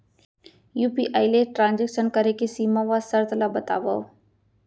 UPI ले transaction करे के सीमा व शर्त ला बतावव?